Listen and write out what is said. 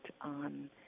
on